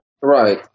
right